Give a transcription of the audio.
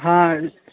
हाँ